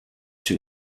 two